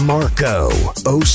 Marco